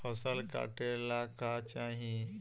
फसल काटेला का चाही?